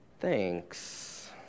thanks